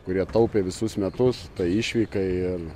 kurie taupė visus metus tai išvykai ir